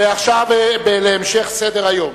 ועכשיו להמשך סדר-היום: